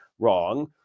wrong